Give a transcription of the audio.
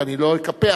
ואני לא אקפח